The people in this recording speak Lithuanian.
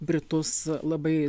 britus labai